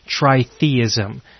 tritheism